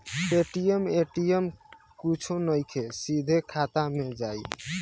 Paytm ATM कुछो नइखे, सीधे खाता मे जाई